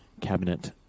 cabinet